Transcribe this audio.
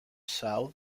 south